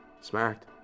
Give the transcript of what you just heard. Smart